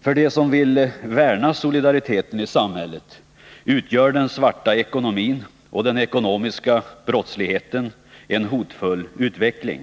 För dem som vill värna solidariteten i samhället utgör den ”svarta ekonomin” och den ekonomiska brottsligheten en hotfull utveckling.